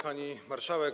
Pani Marszałek!